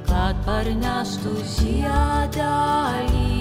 kad parneštų žiedelį